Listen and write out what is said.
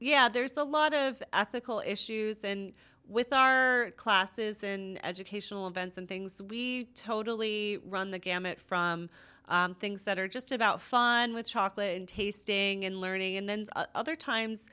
yeah there's a lot of ethical issues and with our classes and educational events and things we totally run the gamut from things that are just about fun with chocolate and tasting and learning and then other times